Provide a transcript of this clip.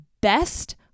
best